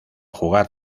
jugar